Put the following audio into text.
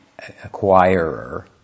acquirer